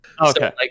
Okay